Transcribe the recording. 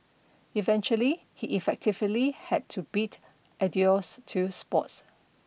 eventually he effectively had to bid adieus to sports